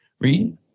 Read